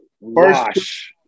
Wash